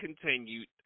continued